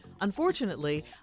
Unfortunately